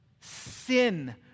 sin